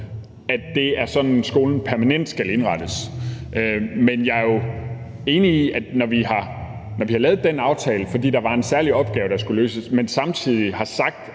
at det er sådan, skolen permanent skal indrettes. Men jeg er jo enig i, at når vi har lavet den aftale, fordi der var en særlig opgave, der skulle løses, men samtidig har sagt,